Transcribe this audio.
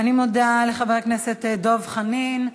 אני מודה לחבר הכנסת דב חנין.